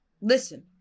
Listen